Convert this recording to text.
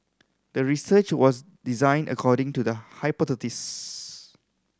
the research was designed according to the hypothesis